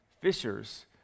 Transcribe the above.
fishers